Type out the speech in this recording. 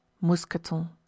mousqueton